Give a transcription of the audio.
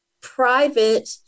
private